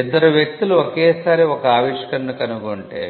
ఇద్దరు వ్యక్తులు ఒకేసారి ఒక ఆవిష్కరణను కనుగొంటే